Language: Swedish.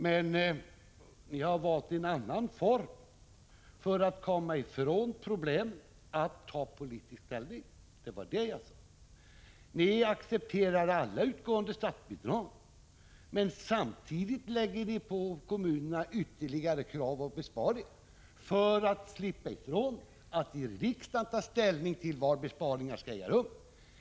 Men ni har valt en annan form för att komma ifrån problemet att ta politisk ställning. Det var det jag sade. Ni accepterar alla utgående statsbidrag, men samtidigt kräver ni av kommunerna att de skall göra ytterligare besparingar. Ni gör det för att slippa ifrån att i riksdagen ta ställning till var besparingarna skall göras.